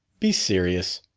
be serious.